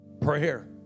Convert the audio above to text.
Prayer